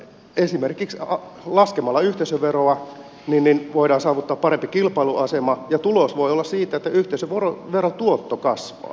esimerkiksi laskemalla yhteisöveroa voidaan saavuttaa parempi kilpailuasema ja tulos siitä voi olla että yhteisöverotuotto kasvaa